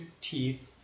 teeth